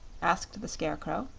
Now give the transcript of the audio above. asked the scarecrow.